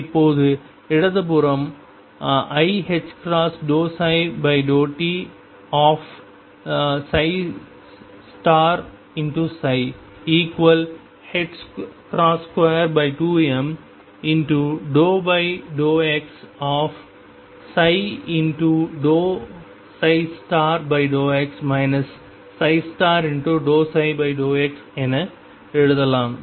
இப்போது இடது புறம் iℏ ∂t22m ∂x∂x ∂ψ∂x என எழுதலாம்